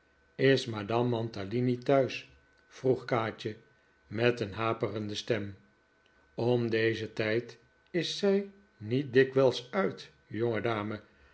is madame mantalini thuis vroeg kaatje met een haperende stem om dezen tijd is zij niet dikwijls uit